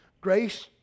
Grace